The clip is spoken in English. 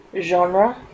genre